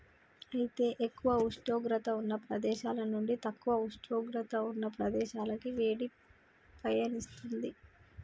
అయితే ఎక్కువ ఉష్ణోగ్రత ఉన్న ప్రదేశాల నుండి తక్కువ ఉష్ణోగ్రత ఉన్న ప్రదేశాలకి వేడి పయనిస్తుంది